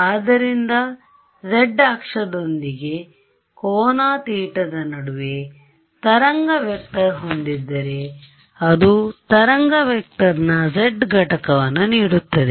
ಆದ್ದರಿಂದ z ಅಕ್ಷದೊಂದಿಗೆಕೋನ ಥೀಟಾದ ನಡುವೆ ತರಂಗ ವೆಕ್ಟರ್ ಹೊಂದಿದ್ದರೆ ಅದು ತರಂಗ ವೆಕ್ಟರ್ನ z ಘಟಕವನ್ನು ನೀಡುತ್ತದೆ